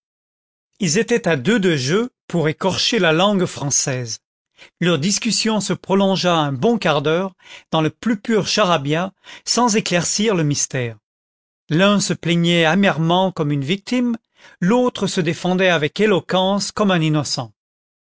ils étaient à deux de jeu pour écorcher la langue française leur discussion se prolongea un bon quart d'heure dans le plus pur charabia sans éclaircir le mystère l'un se plaiguait amèrement comme une victime l'autre se défendait avec éloquence comme un innocent